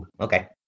okay